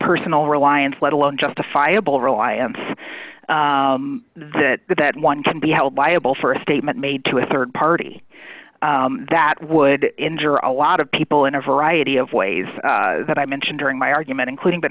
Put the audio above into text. personal reliance let alone justifiable reliance that that one can be held liable for a statement made to a rd party that would injure a lot of people in a variety of ways that i mentioned during my argument including but